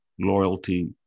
Loyalty